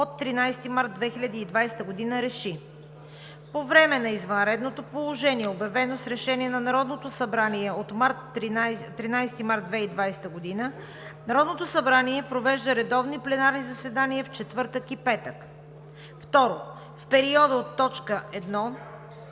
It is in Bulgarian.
от 13 март 2020 г. РЕШИ: 1. По време на извънредното положение, обявено с Решение на Народното събрание от 13 март 2020 г., Народното събрание провежда редовни пленарни заседания в четвъртък и петък. 2. В периода по т. 1